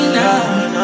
now